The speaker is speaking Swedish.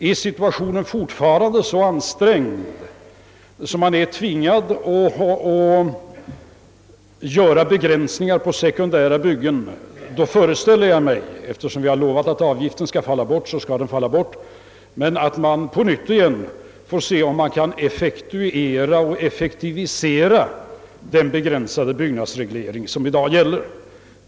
Är situationen fortfarande så ansträngd att man är tvingad att göra begränsningar av sekundära byggen föreställer jag mig — eftersom vi har lovat att avgiften skall falla bort — att man på nytt får se efter om man kan effektuera och effektivisera den begränsade byggnadsreglering som i dag gäller.